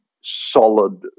solid